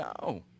No